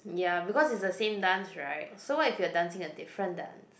ya because is the same dance right so what if you're dancing a different dance